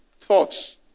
Thoughts